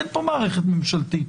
אין פה מערכת ממשלתית.